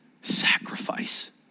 sacrifice